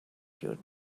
you